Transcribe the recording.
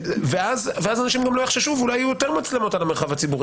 אז אנשים אולי לא יחששו ואולי יהיו יותר מצלמות במרחב הציבורי.